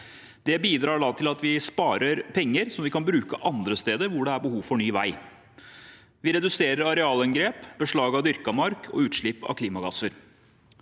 bidrar til at vi sparer penger som vi kan bruke andre steder hvor det er behov for ny vei. Vi reduserer også arealinngrep, beslag av dyrket mark og utslipp av klimagasser.